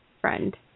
friend